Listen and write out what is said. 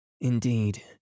Indeed